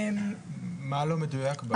מה לא מדויק בה?